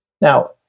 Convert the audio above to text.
Now